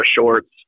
shorts